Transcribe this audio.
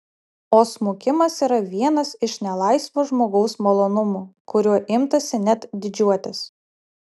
o smukimas yra vienas iš nelaisvo žmogaus malonumų kuriuo imtasi net didžiuotis